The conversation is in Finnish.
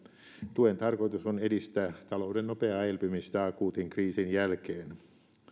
tuen tarkoitus on edistää talouden nopeaa elpymistä akuutin kriisin jälkeen